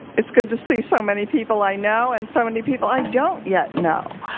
it's good to see so many people i know and so many people i don't yet know.